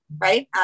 right